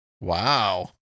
Wow